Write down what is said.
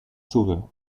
sauveur